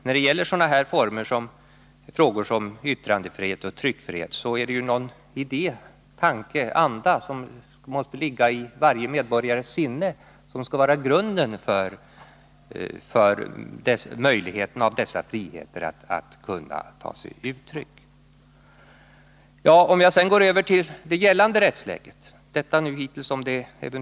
När det gäller frågor som yttrandefrihet och tryckfrihet får man beakta att det måste vara en idé, en tanke eller en anda i varje medborgares sinne som skall vara grunden för att dessa friheter skall kunna ta sig uttryck. Det jag nu sagt har rört det eventuellt kommande rättsläget, men låt mig gå över till det som nu är gällande.